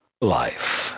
life